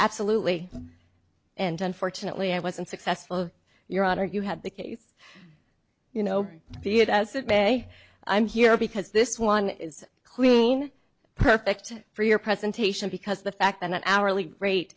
absolutely and unfortunately i wasn't successful your honor you had the case you know be it as it may i'm here because this one is clean perfect for your presentation because the fact that hourly rate